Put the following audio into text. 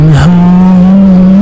home